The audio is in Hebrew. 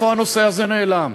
לאן הנושא הזה נעלם?